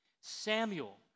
Samuel